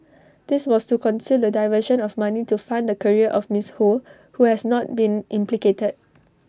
this was to conceal the diversion of money to fund the career of miss ho who has not been implicated